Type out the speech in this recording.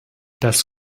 das